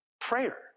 prayer